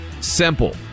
Simple